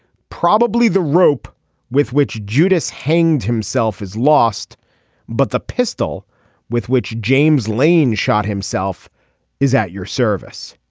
probably the rope with which judas hanged himself is lost but the pistol with which james lane shot himself is at your service.